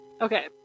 Okay